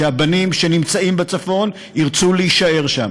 שהבנים שנמצאים בצפון ירצו להישאר שם.